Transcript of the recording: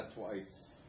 twice